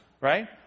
right